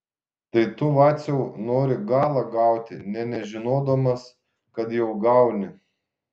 tai tu vaciau nori galą gauti nė nežinodamas kad jau gauni